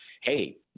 hey